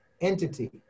entity